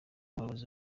ubuyobozi